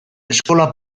eskola